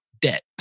debt